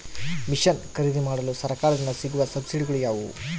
Mission ಖರೇದಿಮಾಡಲು ಸರಕಾರದಿಂದ ಸಿಗುವ ಸಬ್ಸಿಡಿಗಳು ಯಾವುವು?